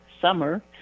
summer